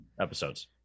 episodes